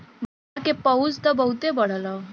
बाजार के पहुंच त बहुते बढ़ल हौ